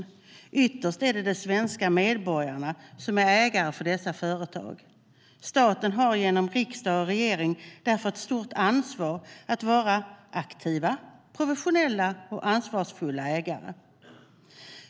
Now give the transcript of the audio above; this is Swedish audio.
Ytterst är det de svenska medborgarna som äger dessa företag. Staten har genom riksdag och regering därför ett stort ansvar att vara en aktiv, professionell och ansvarsfull ägare.